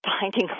finding